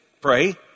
pray